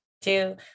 two